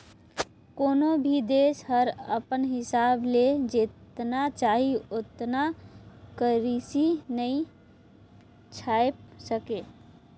कोनो भी देस हर अपन हिसाब ले जेतना चाही ओतना करेंसी नी छाएप सके